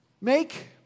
make